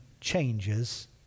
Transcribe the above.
changes